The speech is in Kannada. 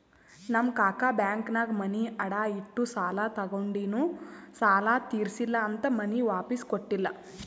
ನಮ್ ಕಾಕಾ ಬ್ಯಾಂಕ್ನಾಗ್ ಮನಿ ಅಡಾ ಇಟ್ಟು ಸಾಲ ತಗೊಂಡಿನು ಸಾಲಾ ತಿರ್ಸಿಲ್ಲಾ ಅಂತ್ ಮನಿ ವಾಪಿಸ್ ಕೊಟ್ಟಿಲ್ಲ